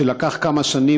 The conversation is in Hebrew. שלקח כמה שנים,